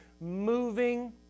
moving